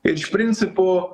iš principo